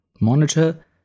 monitor